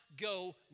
go